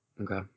Okay